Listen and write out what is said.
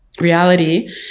reality